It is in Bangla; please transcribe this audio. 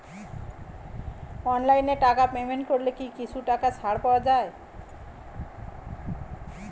অনলাইনে টাকা পেমেন্ট করলে কি কিছু টাকা ছাড় পাওয়া যায়?